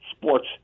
sports